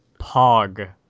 Pog